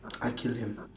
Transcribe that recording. I kill him